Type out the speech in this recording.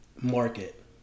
market